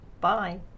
Bye